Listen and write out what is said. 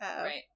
right